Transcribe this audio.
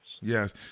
Yes